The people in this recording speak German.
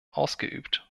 ausgeübt